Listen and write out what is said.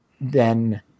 then-